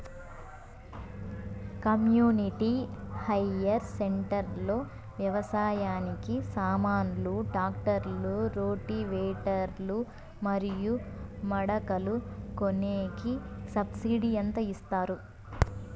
community hire center లో వ్యవసాయానికి సామాన్లు ట్రాక్టర్లు రోటివేటర్ లు మరియు మడకలు కొనేకి సబ్సిడి ఎంత ఇస్తారు